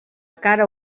cara